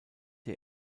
der